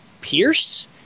Pierce